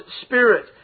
Spirit